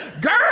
girl